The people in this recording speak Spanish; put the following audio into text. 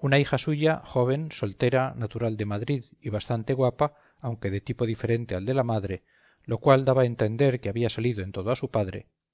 una hija suya joven soltera natural de madrid y bastante guapa aunque de tipo diferente al de la madre lo cual daba a entender que había salido en todo a su padre y una doméstica imposible de filiar o describir sin